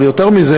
אבל יותר מזה,